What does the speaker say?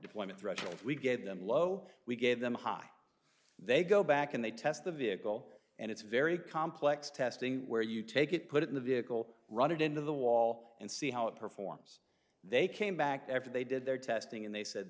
deployment thresholds we gave them low we gave them a high they go back and they test the vehicle and it's very complex testing where you take it put it in the vehicle run it into the wall and see how it performs they came back after they did their testing and they said